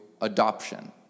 adoption